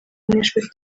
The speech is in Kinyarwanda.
nk’inshuti